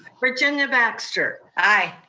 virginia baxter. aye.